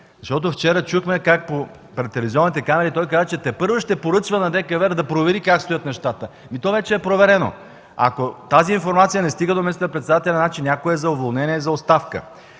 Вчера чухме как пред телевизионните камери той каза, че тепърва ще поръчва на ДКЕВР да провери как стоят нещата. То вече е проверено! Ако тази информация не стига до министър-председателя, значи някой е за уволнение, за оставка!